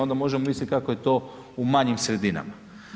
Onda možemo misliti kako je to u manjim sredinama.